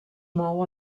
mou